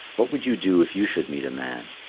what would you do if you should meet a man?